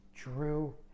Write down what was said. drew